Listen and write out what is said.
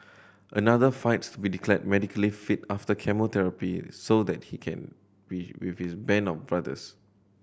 another fights to be declared medically fit after chemotherapy so that he can be with his band of brothers